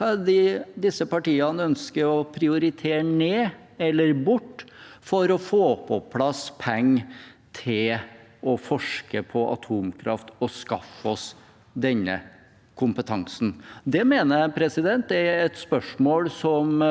Hva er det disse partiene ønsker å prioritere ned eller bort for å få på plass penger til å forske på atomkraft og skaffe oss den kompetansen? Det mener jeg er et spørsmål som